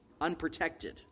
unprotected